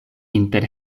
inter